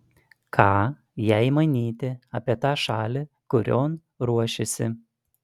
ką jai manyti apie tą šalį kurion ruošiasi